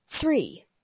three